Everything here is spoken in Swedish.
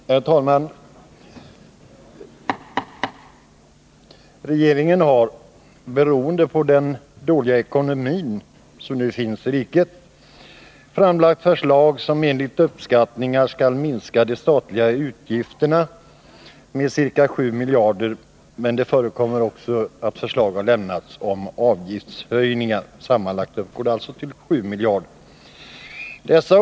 Herr talman! Regeringen har, beroende på rikets dåliga ekonomi, framlagt förslag som skall minska de statliga utgifterna. Förslag har också lämnats om avgiftshöjningar. Den sammanlagda effekten av dessa förslag beräknas till 7 miljarder kronor.